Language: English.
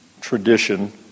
tradition